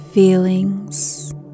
Feelings